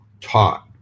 taught